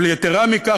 ויתרה מכך,